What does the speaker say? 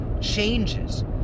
changes